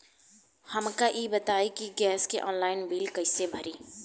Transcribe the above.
हमका ई बताई कि गैस के ऑनलाइन बिल कइसे भरी?